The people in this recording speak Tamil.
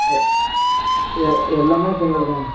எ எ எல்லாமே செங்கல் தான்க்கா